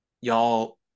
y'all